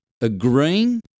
agreeing